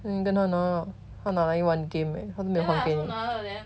你跟他拿 lah 他拿来玩 game leh 他都没有还给了你